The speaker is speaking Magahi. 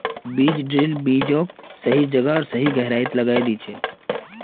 बीज ड्रिल बीजक सही जगह आर सही गहराईत लगैं दिछेक